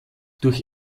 durch